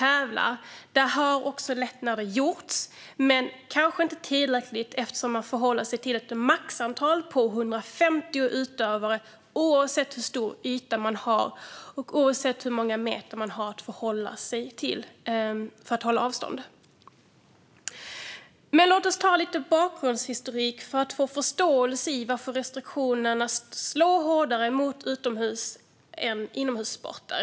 Även där har lättnader gjorts - men kanske inte tillräckligt, eftersom man har att förhålla sig till ett maxantal på 150 utövare oavsett hur stor yta man har och hur många meter man har tillgängliga för att hålla avstånd. Låt oss dock dra lite bakgrundshistorik för att få förståelse för varför restriktionerna slår hårdare mot utomhus än inomhussporter.